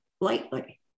lightly